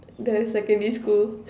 the secondary school